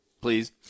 please